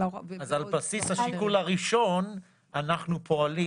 אז על בסיס השיקול הראשון אנחנו פועלים